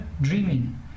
dreaming